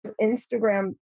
Instagram